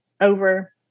over